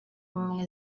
ubumwe